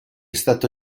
stato